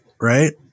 right